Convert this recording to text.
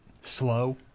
slow